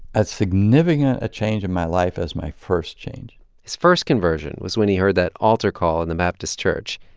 as significant a change in my life as my first change his first conversion was when he heard that altar call in the baptist church.